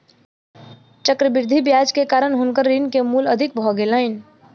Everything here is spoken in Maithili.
चक्रवृद्धि ब्याज के कारण हुनकर ऋण के मूल अधिक भ गेलैन